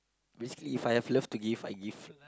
basically If I have love to give I give